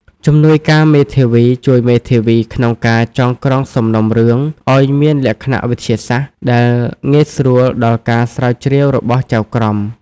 ជំនួយការមេធាវីជួយមេធាវីក្នុងការចងក្រងសំណុំរឿងឱ្យមានលក្ខណៈវិទ្យាសាស្ត្រ ដែលងាយស្រួលដល់ការស្រាវជ្រាវរបស់ចៅក្រម។